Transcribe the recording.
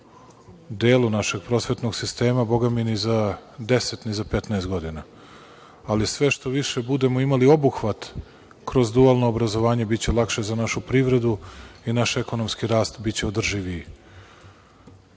delu našeg prosvetnog sistema bogami na za deset ni za petnaest godina, ali sve što više budemo imali obuhvat kroz dualno obrazovanje biće lakše za našu privredu i naš ekonomski rast biće održiv.